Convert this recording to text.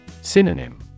Synonym